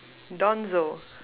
Donzo